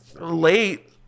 late